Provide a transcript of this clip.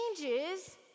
changes